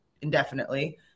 indefinitely